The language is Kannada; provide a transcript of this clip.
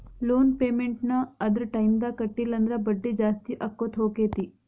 ಲೊನ್ ಪೆಮೆನ್ಟ್ ನ್ನ ಅದರ್ ಟೈಮ್ದಾಗ್ ಕಟ್ಲಿಲ್ಲಂದ್ರ ಬಡ್ಡಿ ಜಾಸ್ತಿಅಕ್ಕೊತ್ ಹೊಕ್ಕೇತಿ